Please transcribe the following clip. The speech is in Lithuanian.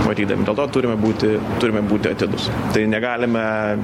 matydami dėl to turime būti turime būti atidūs tai negalime